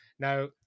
Now